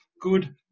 good